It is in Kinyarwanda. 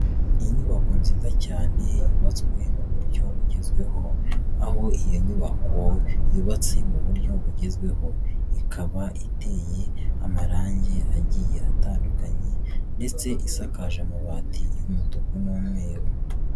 Inyubako nziza cyane yubatswe mu buryo bugezweho aho iyo nyubako yubatse mu buryo bugezweho, ikaba iteye amarangi agiye atandukanye ndetse isakaje amabati y'umutuku n'umweru.